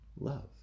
love